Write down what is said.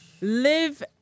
live